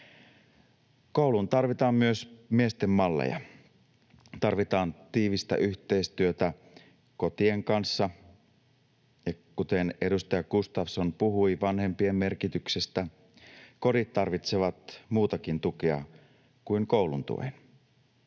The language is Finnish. Kouluun tarvitaan myös miesten malleja. Tarvitaan tiivistä yhteistyötä kotien kanssa — kuten edustaja Gustafsson puhui vanhempien merkityksestä — ja kodit tarvitsevat muutakin tukea kuin koulun tuen.